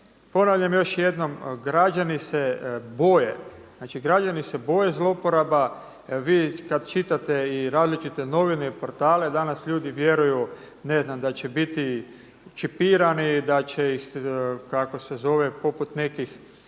Ponavljam još jednom, građani se boje. Znači građani se boje zlouporaba. Vi kad čitate različite novine i portale, danas ljudi vjeruju ne znam, da će biti čipirani, da će ih se poput nekih